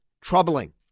troubling